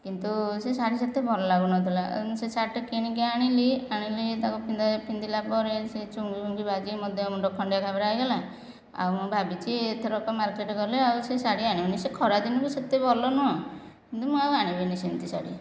କିନ୍ତୁ ସେ ଶାଢ଼ୀ ସେତେ ଭଲ ଲାଗୁନଥିଲା ଏ ମୁଁ ଶାଢ଼ୀଟା କିଣିକି ଆଣିଲି ଆଣିକି ତାକୁ ପିନ୍ଧିଲା ପରେ ସେ ଚୁମକି ଫୁମକି ବାଜିକି ମୋ ଦେହ ମୁଣ୍ଡ ଖଣ୍ଡିଆ ଖାବରା ହୋଇଗଲା ଆଉ ମୁଁ ଭାବିଛି ଏଥରକ ମାର୍କେଟ ଗଲେ ଆଉ ସେ ଶାଢ଼ୀ ଆଣିବିନି ସେ ଖରା ଦିନକୁ ସେତେ ଭଲ ନୁହେଁ କିନ୍ତୁ ମୁଁ ଆଉ ଆଣିବିନି ସେମିତି ଶାଢ଼ୀ